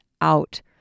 out